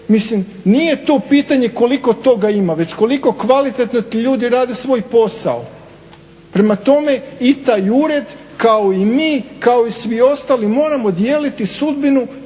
Mislim nije to pitanje koliko toga ima već koliko kvalitetno ljudi rade svoj posao. Prema tome, i taj ured kao i mi, kao i svi ostali moramo dijeliti sudbinu